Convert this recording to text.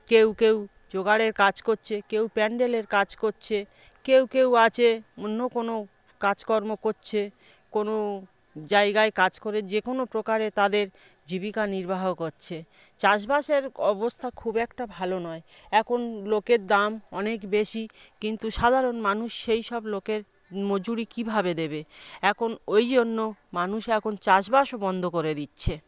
কেউ কেউ জোগাড়ের কাজ করছে কেউ প্যান্ডেলের কাজ করছে কেউ কেউ আছে অন্য কোনও কাজকর্ম করছে কোনও জায়গায় কাজ করে যে কোনও প্রকারে তাদের জীবিকা নির্বাহ করছে চাষবাসের অবস্থা খুব একটা ভালো নয় এখন লোকের দাম অনেক বেশি কিন্তু সাধারণ মানুষ সেই সব লোকের মজুরি কীভাবে দেবে এখন ওই জন্য মানুষ এখন চাষবাসও বন্ধ করে দিচ্ছে